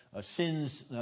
sins